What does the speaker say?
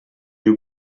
you